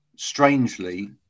Strangely